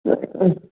ம்